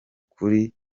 kuri